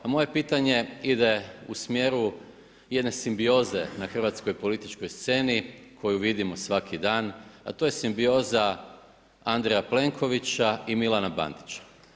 A moje pitanje ide u smjeru jedne simbioze na hrvatskoj političkoj sceni koju vidimo svaki dan, a to je simbioza Andreja Plenkovića i Milana Bandića.